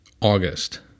August